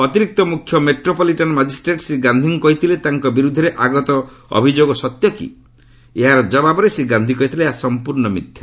ଅତିରିକ୍ତ ମୁଖ୍ୟ metropolitan magistrate Shri ଗାନ୍ଧିଙ୍କୁ କହିଥିଲେ ତାଙ୍କ ବିର୍ଦ୍ଧରେ ଆଗତ ଅଭିଯୋଗ ସତ୍ୟ କି ଏହାର ଜବାବରେ ଶ୍ରୀ ଗାନ୍ଧି କହିଥିଲେ ଯେ ଏହା ସମ୍ପର୍ଣ୍ଣ ମିଥ୍ୟା